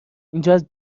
اینجااز